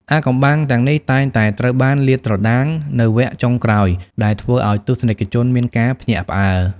អាថ៌កំបាំងទាំងនេះតែងតែត្រូវបានលាតត្រដាងនៅវគ្គចុងក្រោយដែលធ្វើឲ្យទស្សនិកជនមានការភ្ញាក់ផ្អើល។